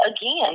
again